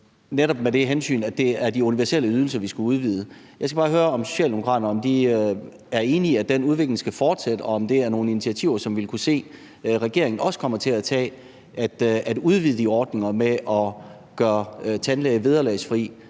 netop med det hensyn, at det er de universelle ydelser, vi skal udvide. Jeg skal bare høre, om Socialdemokraterne er enige i, at den udvikling skal fortsætte, og om det er nogle initiativer, som vi vil kunne se at regeringen også kommer til at tage, altså at udvide de ordninger med at gøre tandlæge vederlagsfri,